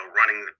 running